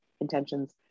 intentions